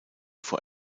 vor